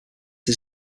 his